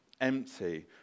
empty